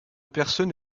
personne